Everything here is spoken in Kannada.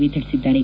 ವಿ ತಿಳಿಸಿದ್ದಾರೆ